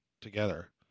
together